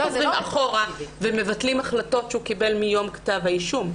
חוזרים אחורה ומבטלים החלטות שהוא קיבל מיום כתב האישום.